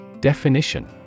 Definition